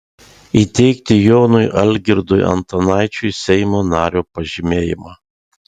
įteikti jonui algirdui antanaičiui seimo nario pažymėjimą